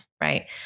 right